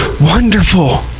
Wonderful